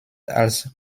als